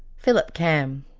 philip cam.